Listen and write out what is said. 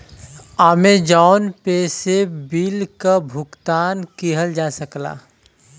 Amazon Pay से bill क भुगतान किहल जा सकला